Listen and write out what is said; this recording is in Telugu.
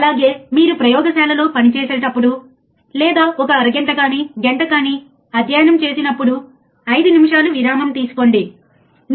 అంటే ఇన్వర్టింగ్ టెర్మినల్ గ్రౌండ్ చేయబడింది నాన్ ఇన్వర్టింగ్ టెర్మినల్ గ్రౌండ్ చేయబడింది